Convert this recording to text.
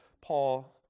Paul